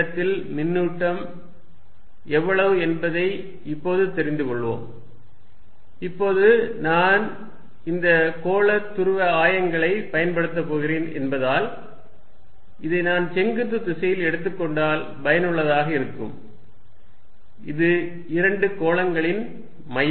இந்த இடத்தில் மின்னூட்டம் எவ்வளவு என்பதை இப்போது தெரிந்து கொள்வோம் இப்போது நான் இந்த கோள துருவ ஆயங்களை பயன்படுத்தப் போகிறேன் என்பதால் இதை நான் செங்குத்து திசையில் எடுத்துக்கொண்டால் பயனுள்ளதாக இருக்கும் இது இரண்டு கோளங்களின் மையமாகும்